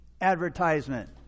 advertisement